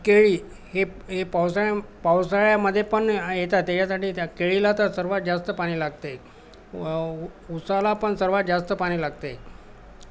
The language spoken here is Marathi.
केळी हे हे पावसाळ्या पावसाळ्यामध्येपण येतात त्याच्यासाठी त्या केळीला तर सर्वात जास्त पाणी लागते ऊसालापण सर्वात जास्त पाणी लागते